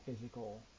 physical